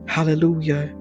Hallelujah